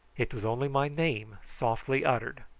it was only my name softly uttered,